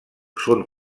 són